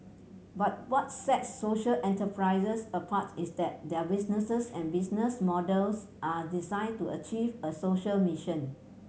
but what sets social enterprises apart is that their businesses and business models are designed to achieve a social mission